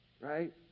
Right